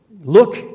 Look